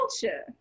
culture